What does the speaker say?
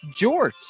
jorts